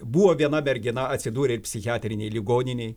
buvo viena mergina atsidūrė psichiatrinėj ligoninėj